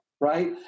right